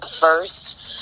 first